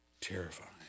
terrifying